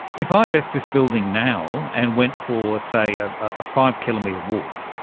if i left this building now and went for, say, a ah five-kilometre walk,